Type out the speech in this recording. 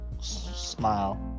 Smile